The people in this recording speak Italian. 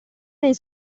nel